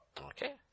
Okay